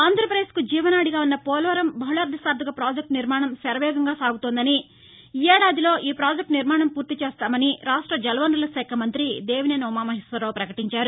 ఆంధ్రప్రదేశ్కు జీవనాడిగా ఉన్న పోలవరం బహుళార్దసాధక ప్రాజెక్టు నిర్మాణం శరవేగంగా సాగుతోందని ఈ ఏడాదిలో ఈ ప్రాజెక్టు నిర్మాణం పూర్తి చేస్తామని రాష్ట్ర జలవనరుల శాఖ మంతి దేవినేని ఉమామహేశ్వరరావు పకటించారు